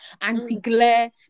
anti-glare